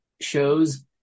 shows